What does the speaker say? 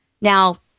Now